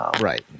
Right